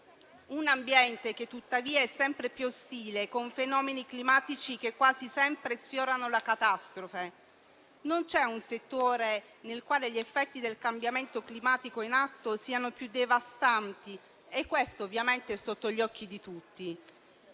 un ambiente che tuttavia è sempre più ostile, con fenomeni climatici che quasi sempre sfiorano la catastrofe. Non c'è un settore nel quale gli effetti del cambiamento climatico in atto siano più devastanti e questo ovviamente è sotto gli occhi di tutti.